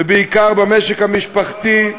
ובעיקר במשק המשפחתי,